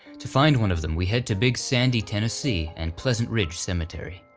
to find one of them we head to big sandy, tennessee, and pleasant ridge cemetery.